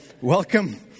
welcome